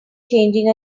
changing